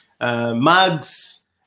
mugs